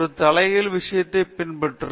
ஒரு தலைகீழ் விஷயத்தை பின்பற்றும்